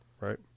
right